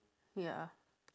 ya